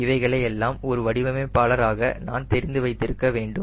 இவைகளை எல்லாம் ஒரு வடிவமைப்பாளராக நான் தெரிந்து வைத்திருக்க வேண்டும்